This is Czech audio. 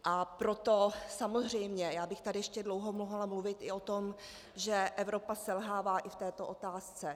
A proto samozřejmě, já bych tady ještě dlouho mohla mluvit i o tom, že Evropa selhává i v této otázce.